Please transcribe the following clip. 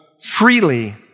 freely